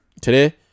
today